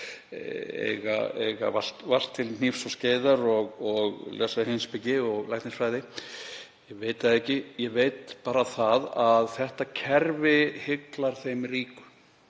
eiga vart til hnífs og skeiðar og lesa heimspeki og læknisfræði, ég veit það ekki. Ég veit bara að þetta kerfi hyglar þeim ríku